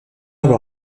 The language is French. avoir